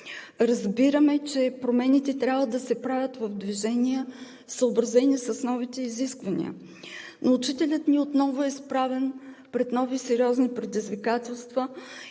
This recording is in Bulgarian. Разбираме, че промените трябва да се правят в движение, съобразени с новите изисквания, но учителят ни отново е изправен пред нови сериозни предизвикателства